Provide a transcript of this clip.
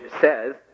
says